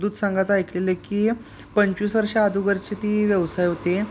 दूधसंघाचा ऐकलेलं आहे की पंचवीसवर्षां अगोदरची ती व्यवसाय होते